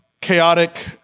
chaotic